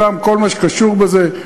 וכל מה שקשור בזה.